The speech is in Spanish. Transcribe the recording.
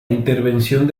intervención